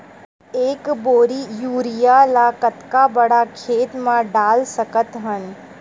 एक बोरी यूरिया ल कतका बड़ा खेत म डाल सकत हन?